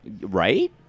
Right